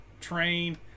train